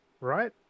right